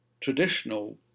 traditional